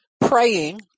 praying